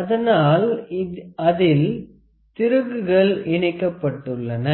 அதனால் அதில் திருகுகள் இணைக்கப்பட்டுள்ளன